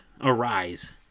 Arise